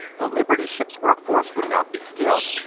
but liberty ships workforce would not be skilled.